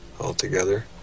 altogether